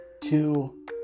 Two